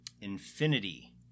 Infinity